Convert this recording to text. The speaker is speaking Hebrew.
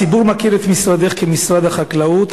הציבור מכיר את משרדך כמשרד החקלאות,